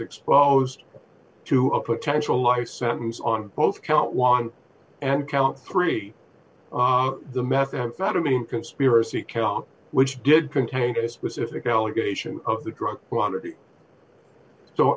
exposed to a potential life sentence on both counts and count three the methamphetamine conspiracy count which did contain a specific allegation of the drug quantity so